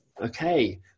okay